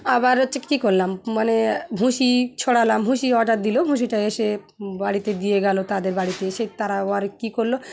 আবার হচ্ছে কী করলাম মানে ভুষি ছড়ালাম ভুষি অর্ডার দিলো ভুষিটাকে সে বাড়িতে দিয়ে গেলো তাদের বাড়িতে এসে তারাও আবার কী করলো